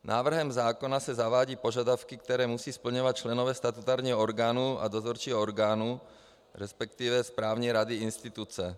Návrhem zákona se zavádějí požadavky, které musí splňovat členové statutárního orgánu a dozorčího orgánu, resp. správní rady instituce.